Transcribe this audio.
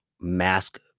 mask